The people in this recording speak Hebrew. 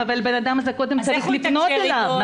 אבל הבנאדם הזה קודם צריך לפנות אליו,